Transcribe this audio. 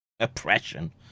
oppression